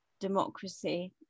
democracy